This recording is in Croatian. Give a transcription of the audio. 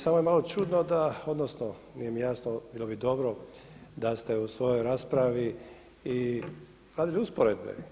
Samo je malo čudno, odnosno nije mi jasno, bilo bi dobro da ste u svojoj raspravi i radili usporedbe.